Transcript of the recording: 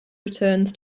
returns